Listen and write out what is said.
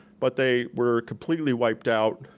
but they were completely wiped out,